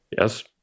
yes